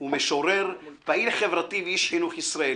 הוא משורר, פעיל חברתי ואיש חינוך ישראלי,